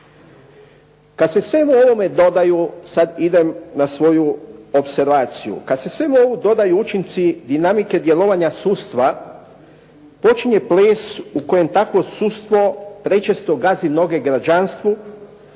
kad se svemu ovome dodaju učinci dinamike djelovanja sudstva, počinje ples u kojem takvo sudstvo prečesto gazi noge građanstvu,